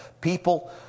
People